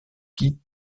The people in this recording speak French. qui